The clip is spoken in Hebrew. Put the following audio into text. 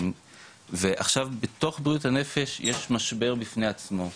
עכשיו בתוך בריאות הנפש יש משבר בפני עצמו,